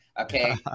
okay